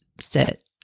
sit